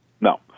no